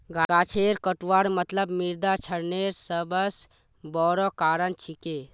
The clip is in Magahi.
गाछेर कटवार मतलब मृदा क्षरनेर सबस बोरो कारण छिके